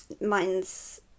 mine's